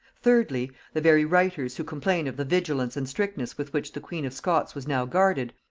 thirdly, the very writers who complain of the vigilance and strictness with which the queen of scots was now guarded,